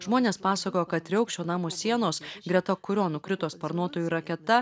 žmonės pasakojo kad triaukščio namo sienos greta kurio nukrito sparnuotoji raketa